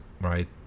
right